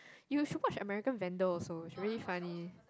you should watch American Vandal also it's really funny